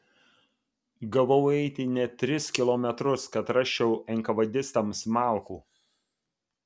gavau eiti net tris kilometrus kad rasčiau enkavedistams malkų